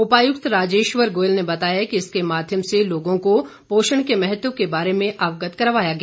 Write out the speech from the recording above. उपायुक्त राजेश्वर गोयल ने बताया कि इसके माध्यम से लोगों को पोषण के महत्व के बारे में अवगत करवाया गया